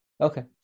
Okay